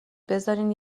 بذارین